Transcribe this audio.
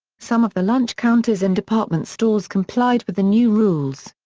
some of the lunch counters in department stores complied with the new rules.